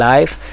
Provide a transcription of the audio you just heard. Life